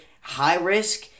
high-risk